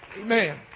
Amen